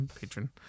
Patron